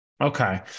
Okay